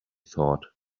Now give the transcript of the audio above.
thought